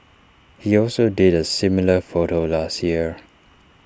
he also did A similar photo last year